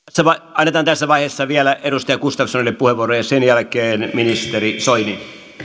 annetaan tässä vaiheessa vielä edustaja gustafssonille puheenvuoro ja sen jälkeen on ministeri soini